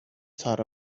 thought